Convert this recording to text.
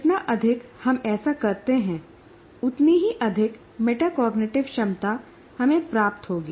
जितना अधिक हम ऐसा करते हैं उतनी ही अधिक मेटाकॉग्निटिव क्षमता हमें प्राप्त होगी